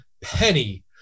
penny